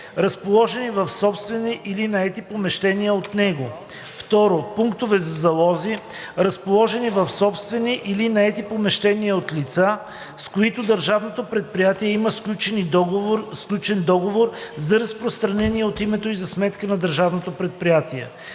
разположени в собствени или наети помещения от него; 2. пунктове за залози, разположени в собствени или наети помещения от лица, с които държавното предприятие има сключен договор за разпространение от името и за сметка на